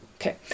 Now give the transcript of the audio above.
Okay